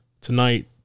tonight